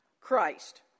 Christ